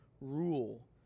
rule